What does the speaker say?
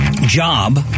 job